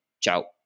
Ciao